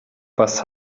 was